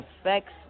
affects